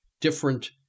different